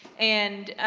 and,